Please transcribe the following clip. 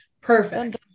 Perfect